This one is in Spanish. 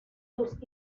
sus